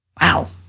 Wow